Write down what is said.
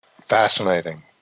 fascinating